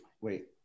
Wait